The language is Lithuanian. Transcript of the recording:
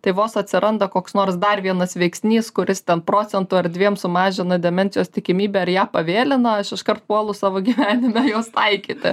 tai vos atsiranda koks nors dar vienas veiksnys kuris ten procentu ar dviem sumažina demencijos tikimybę ar ją pavėlina aš iškart puolu savo gyvenime juos taikyti